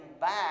back